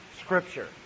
Scripture